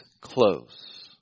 close